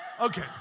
Okay